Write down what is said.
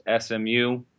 SMU